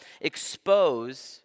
expose